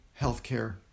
healthcare